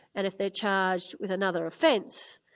and if they're charged with another offence,